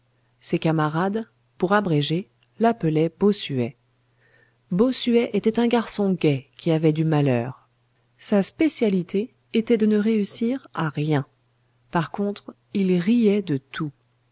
ses camarades pour abréger l'appelaient bossuet bossuet était un garçon gai qui avait du malheur sa spécialité était de ne réussir à rien par contre il riait de tout